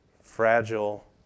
fragile